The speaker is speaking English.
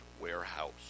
warehouse